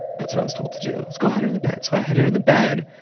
that's what i was told to do, go hide under the bed. so i hid under the bed,